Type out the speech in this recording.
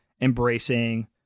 embracing